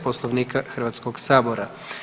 Poslovnika Hrvatskog sabora.